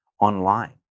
online